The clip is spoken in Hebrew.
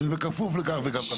שזה בכפוף לכך וכך.